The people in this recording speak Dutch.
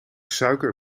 suiker